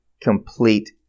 complete